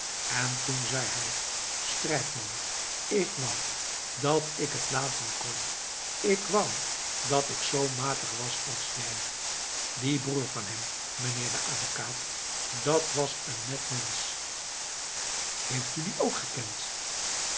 en toen zei hij strijkman ik wou dat ik het laten kon ik wou dat ik zoo matig was als jij die broer van hem meneer de avekaat dat was een net mensch heeft u dien ook gekend